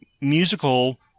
musical